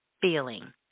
feeling